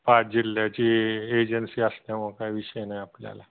पाच जिल्ह्याची ए एजन्सी असल्यामुळं काय विषय नाही आपल्याला